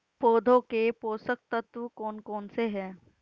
पौधों के पोषक तत्व कौन कौन से हैं?